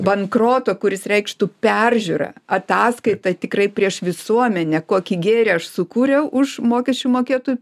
bankroto kuris reikštų peržiūrą ataskaitą tikrai prieš visuomenę kokį gėrį aš sukūriau už mokesčių mokėtojų